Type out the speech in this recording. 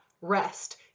rest